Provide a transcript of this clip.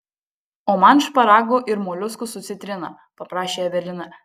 o man šparagų ir moliuskų su citrina paprašė evelina